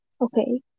Okay